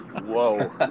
whoa